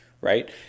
right